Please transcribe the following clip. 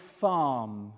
farm